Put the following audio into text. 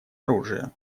оружия